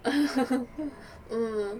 mm